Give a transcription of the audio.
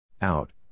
Out